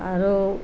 আৰু